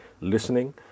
listening